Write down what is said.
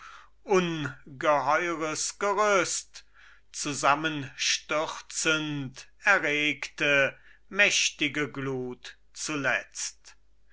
ungeheures gerüst zusammenstürzend erregte mächtige glut zuletzt